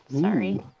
Sorry